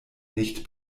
nicht